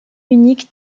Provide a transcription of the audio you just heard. unique